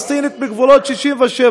להקמת מדינה פלסטינית, לשיבה.